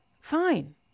Fine